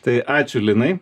tai ačiū linai